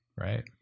right